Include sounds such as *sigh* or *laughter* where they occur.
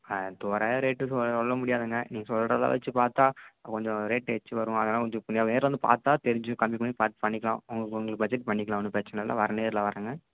ஆ தோராயம் ரேட்டு சொல்ல முடியாதுங்க நீங்கள் சொல்கிறத வெச்சி பார்த்தா கொஞ்சம் ரேட்டு *unintelligible* வரும் நேரில் வந்து பார்த்தா தெரிஞ்சிடும் கம்மி பண்ணி பார்த்து பண்ணிக்கலாம் உங்கள் உங்களுக்கு பட்ஜெட்டுக்கு பண்ணிக்கலாம் ஒன்றும் பிரச்சனை இல்லை வர்றேன் நேரில் வர்றேங்க